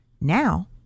Now